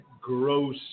gross